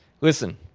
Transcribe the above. listen